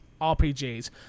RPGs